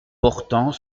portant